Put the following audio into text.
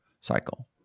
cycle